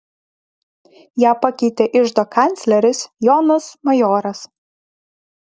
ją pakeitė iždo kancleris jonas majoras